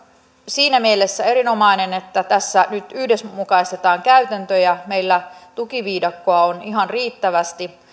siinä mielessä erinomainen että tässä nyt yhdenmukaistetaan käytäntöjä meillä tukiviidakkoa on ihan riittävästi ja